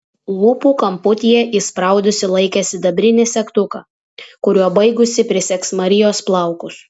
lūpų kamputyje įspraudusi laikė sidabrinį segtuką kuriuo baigusi prisegs marijos plaukus